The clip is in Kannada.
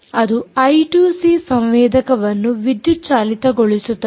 ಅದು ಐ 2 ಸಿ ಸಂವೇದಕವನ್ನು ವಿದ್ಯುತ್ ಚಾಲಿತಗೊಳಿಸುತ್ತದೆ